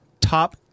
top